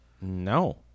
No